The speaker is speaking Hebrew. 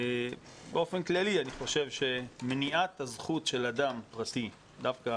באופן כללי אני חושב שמניעת הזכות של אדם פרטי דווקא